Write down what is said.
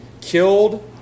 killed